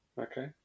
Okay